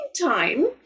time